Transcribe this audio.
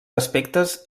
aspectes